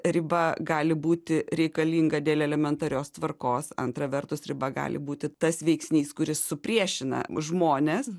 riba gali būti reikalinga dėl elementarios tvarkos antra vertus riba gali būti tas veiksnys kuris supriešina žmones